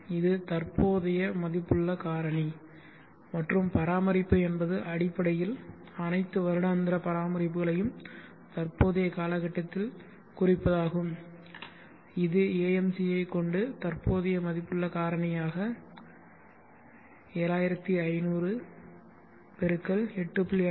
இது தற்போதைய மதிப்புள்ள காரணி மற்றும் பராமரிப்பு என்பது அடிப்படையில் அனைத்து வருடாந்திர பராமரிப்புகளையும் தற்போதைய கால கட்டத்தில் குறிப்பதாகும் இது AMC ஐ கொண்டு தற்போதைய மதிப்புள்ள காரணியாக 7500 × 8